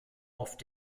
oft